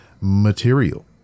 material